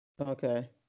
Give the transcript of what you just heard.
okay